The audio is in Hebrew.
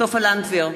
סופה לנדבר,